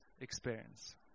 experience